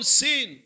sin